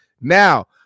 Now